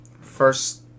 First